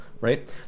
Right